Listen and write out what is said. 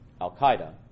Al-Qaeda